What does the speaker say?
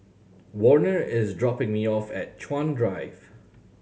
Warner is dropping me off at Chuan Drive